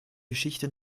geschichte